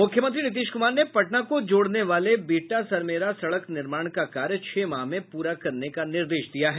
मुख्यमंत्री नीतीश क्मार ने पटना को जोड़ने वाले बिहटा सरमेरा सड़क निर्माण का कार्य छह माह में पूरा करने का निर्देश दिया है